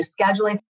scheduling